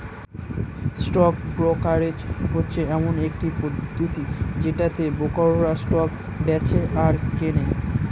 stock brokerage হচ্ছে এমন একটা পদ্ধতি যেটাতে ব্রোকাররা স্টক বেঁচে আর কেনে